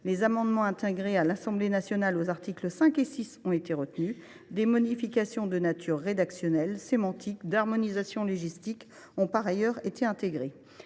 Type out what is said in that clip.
Les amendements adoptés par l’Assemblée nationale aux articles 5 et 6 ont été retenus. Par ailleurs, des modifications de nature rédactionnelle, sémantique et d’harmonisation légistique ont par ailleurs été intégrées.